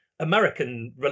American